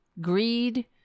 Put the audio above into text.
greed